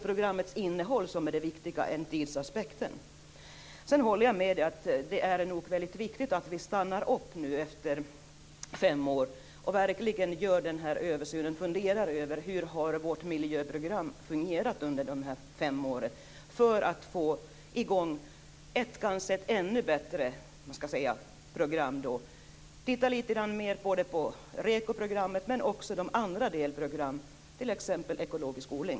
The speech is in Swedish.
Programmets innehåll är kanske viktigare än tidsaspekten. Jag håller med om att det är viktigt att vi nu efter fem år stannar upp och verkligen gör den här översynen och funderar över hur vårt miljöprogram har fungerat under de här fem åren, så att vi kanske får i gång ett ännu bättre program. Vi får lov att titta litet mer på REKO-programmet, men också på de andra delprogrammen, t.ex. ekologisk odling.